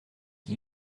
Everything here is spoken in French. qui